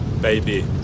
baby